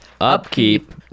upkeep